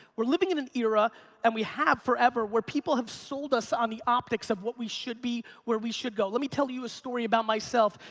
we're living in an era and we have forever where people have sold us on the optics of what we should be, where we should go. let me tell you a story about myself.